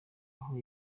aho